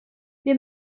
wir